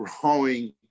growing